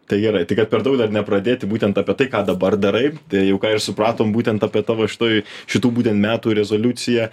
tai gerai tai kad per daug dar nepradėti būtent apie tai ką dabar darai tai jau ką ir supratom būtent apie tavo šitoj šitų būtent metų rezoliuciją